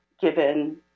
given